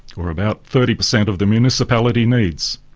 or about thirty percent of the municipality needs.